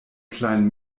kleinen